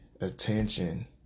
attention